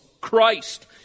Christ